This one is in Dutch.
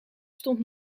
stond